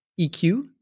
EQ